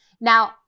Now